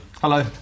Hello